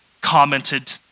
commented